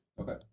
Okay